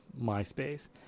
MySpace